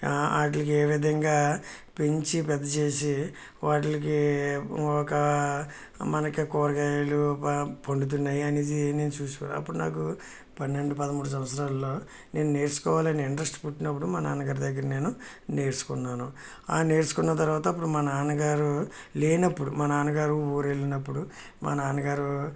ఆట్లకి ఏ విధంగా పెంచి పెద్ద చేసి వాటిలకి ఒక మనకి కూరగాయలు ప పండుతున్నాయి అనేది చూసుకో అప్పుడు నాకు పన్నెండు పదమూడు సంవత్సరాలు నేను నేర్చుకోవాలని ఇంట్రెస్ట్ పుట్టినప్పుడు మా నాన్నగారి దగ్గర నేను నేర్చుకున్నాను ఆ నేర్చుకున్న తర్వాత అప్పుడు మా నాన్నగారు లేనప్పుడు మా నాన్నగారు ఊరు వెళ్ళినప్పుడు మా నాన్నగారు